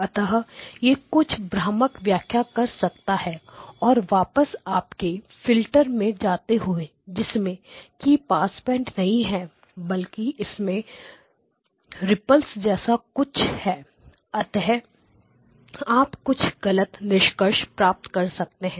अतः यह कुछ भ्रामक व्याख्या कर सकता है और वापस आपके फिल्टर में जाते हुऐ जिसमें की पास बैंड नहीं है बल्कि इसमें रिपल्स जैसा कुछ है अतः आप कुछ गलत निष्कर्ष प्राप्त कर सकते हैं